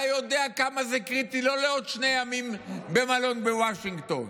אתה יודע כמה זה קריטי לא לעוד שני ימים במלון בוושינגטון,